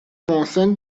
محسن